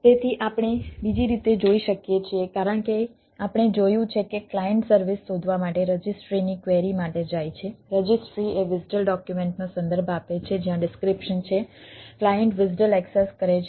તેથી આપણે બીજી રીતે જોઈ શકીએ છીએ કારણ કે આપણે જોયું છે કે ક્લાયન્ટ સર્વિસ શોધવા માટે રજિસ્ટ્રીની ક્વેરી માટે જાય છે રજિસ્ટ્રી એ WSDL ડોક્યુમેન્ટનો સંદર્ભ આપે છે જ્યાં ડિસ્ક્રીપ્શન છે ક્લાયન્ટ WSDL એક્સેસ કરે છે